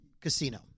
casino